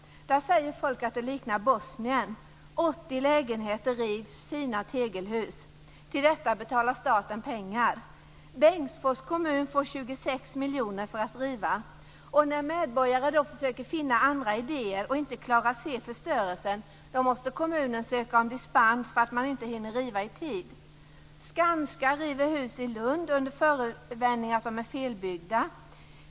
Där säger folk att det liknar Bosnien. 80 lägenheter rivs - fina tegelhus. Till detta betalar staten pengar. Bengtsfors kommun får 26 miljoner kronor för att riva. När medborgare då försöker finna andra idéer och inte klarar av att se förstörelsen, måste kommunen söka om dispens för att man inte hinner riva i tid. Skanska river hus i Lund under förevändning att de är felbyggda.